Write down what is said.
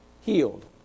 healed